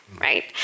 right